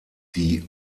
die